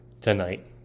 tonight